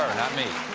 not me.